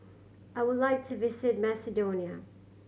I would like to visit Macedonia